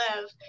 live